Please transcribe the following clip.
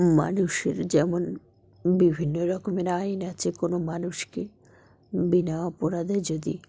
মানুষের যেমন বিভিন্ন রকমের আইন আছে কোনো মানুষকে বিনা অপরাধে যদি